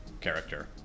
character